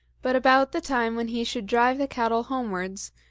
but about the time when he should drive the cattle homewards,